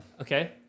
Okay